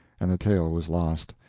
and the tale was lost.